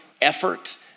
effort